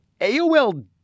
AOL